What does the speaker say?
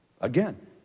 Again